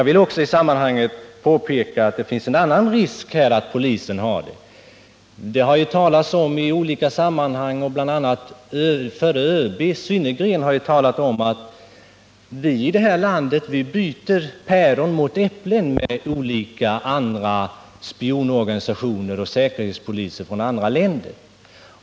I detta sammanhang vill jag också påpeka att det finns en annan risk. Bl. a. förre överbefälhavaren, Stig Synnergren, har sagt att Sverige byter päron mot äpplen med hjälp av spionorganisationer och säkerhetspolis i andra länder.